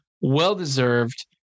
well-deserved